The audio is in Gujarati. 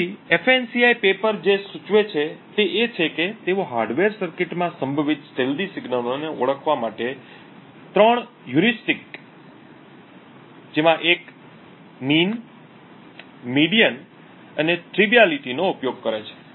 તેથી ફાન્સી પેપર જે સૂચવે છે તે એ છે કે તેઓ હાર્ડવેર સર્કિટમાં સંભવિત છુપા સિગ્નલોને ઓળખવા માટે 3 હ્યુરિસ્ટિક્સ એક સરેરાશ મધ્ય અને ટ્રિવિઆલિટી નો ઉપયોગ કરે છે